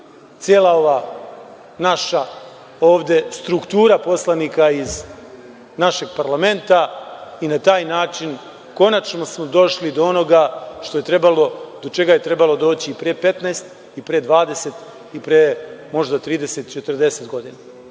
cela ova naša struktura poslanika iz našeg parlamenta, i na taj način smo konačno došli do onoga do čega je trebalo doći pre 15, 20, možda 30, 40 godina. Ja